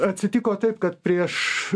atsitiko taip kad prieš